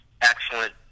excellent